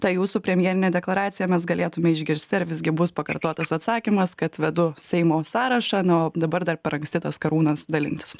ta jūsų premjerinė deklaracija mes galėtume išgirsti ar visgi bus pakartotas atsakymas kad vedu seimo sąrašą na o dabar dar per anksti tas karūnas dalintis